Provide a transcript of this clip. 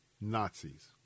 Nazis